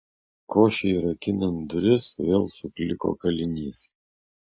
košei rakinant duris vėl sukliko kalinys